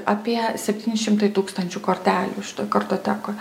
apie septyni šimtai tūkstančių kortelių šitoj kartotekoj